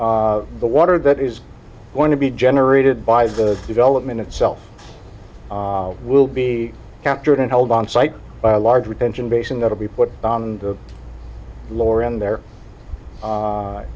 into the water that is going to be generated by the development itself will be captured and held on site by a large retention basin that will be put on the floor in there